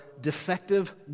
defective